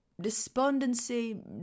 Despondency